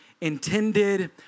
intended